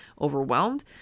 overwhelmed